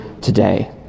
today